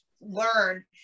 learn